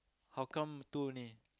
how come two only